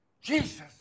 Jesus